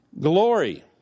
glory